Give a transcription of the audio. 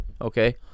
okay